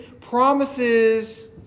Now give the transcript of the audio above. promises